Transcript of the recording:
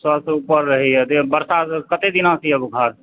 सए सँ ऊपर रहैया कते दिनासँ यऽ बुखार